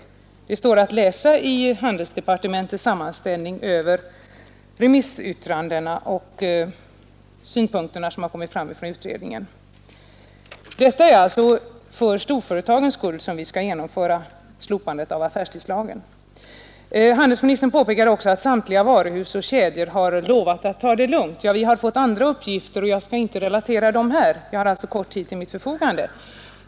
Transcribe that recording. Detta står att läsa i handelsdepartementets sammanställning över remissyttranden och synpunkter som kommit till utredningen. Det är alltså för storföretagens skull som vi skall slopa affärstidslagen. Handelsministern påpekade också att samtliga varuhus och kedjor har lovat att ta det lugnt. Vi har fått helt andra uppgifter, men jag skall inte relatera dem här, då jag har alltför kort tid till mitt förfogande.